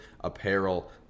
apparel